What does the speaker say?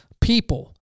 people